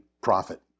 profit